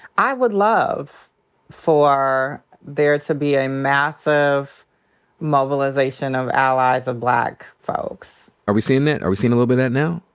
i would love for there to be a massive mobilization of allies of black folks. are we seeing that? are we seeing a little bit of that now?